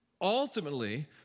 Ultimately